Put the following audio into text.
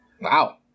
Wow